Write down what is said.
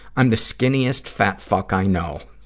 i'm the skinniest fat fuck i know.